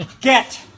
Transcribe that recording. Get